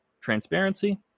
transparency